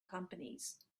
companies